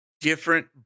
different